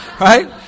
right